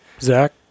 Zach